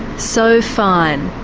so fine,